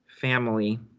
family